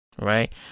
right